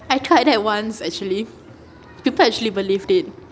I tried that once actually people actually believed it